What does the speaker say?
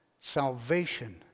salvation